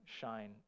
shine